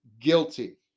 guilty